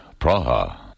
Praha